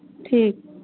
ठीक